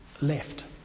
left